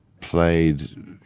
played